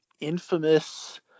infamous